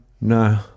No